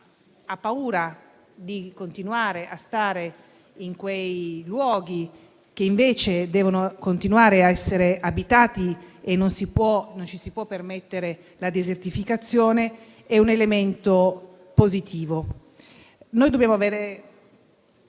ha paura di continuare a stare in quei luoghi, che invece devono continuare a essere abitati, perché non ci si può permettere la desertificazione, è un elemento positivo. Dobbiamo avere